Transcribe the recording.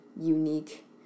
unique